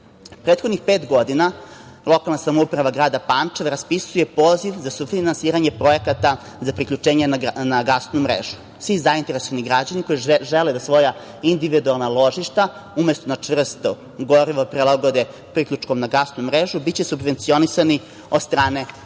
Prethodnih pet godina, lokalna samouprava grada Pančeva raspisuje poziv za sufinansiranje projekata, za priključenje na gasnu mrežu. Svi zainteresovani građani, koji žele da svoja individualna ložišta, umeto na čvrsto gorivo prilagode priključkom na gasnu mrežu, biće subvencionisani od strane naše